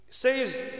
says